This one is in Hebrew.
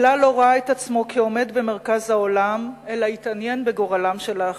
כלל לא ראה את עצמו כעומד במרכז העולם אלא התעניין בגורלם של האחרים.